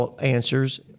answers